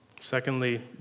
Secondly